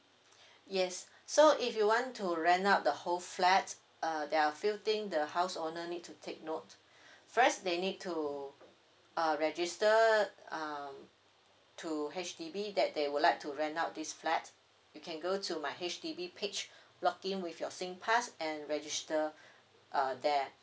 yes so if you want to rent out the whole flat uh there are a few thing the house owner need to take note first they need to uh register um to H_D_B that they would like to rent out this flat you can go to my H_D_B page log in with your sing pass and register uh there